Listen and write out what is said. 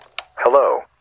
Hello